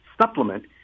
supplement